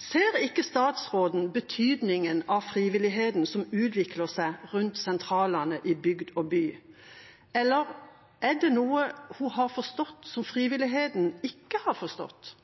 Ser ikke statsråden betydningen av frivilligheten som utvikler seg rundt sentralene i bygd og by, eller er det noe hun har forstått som frivilligheten ikke har forstått?